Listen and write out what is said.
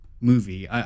movie